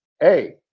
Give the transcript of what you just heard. hey